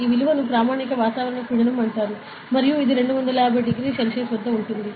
ఈ విలువను ప్రామాణిక వాతావరణ పీడనం అంటారు మరియు ఇది 250 సెల్సియస్ వద్ద ఉంటుంది